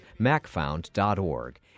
MacFound.org